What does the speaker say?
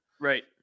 Right